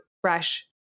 fresh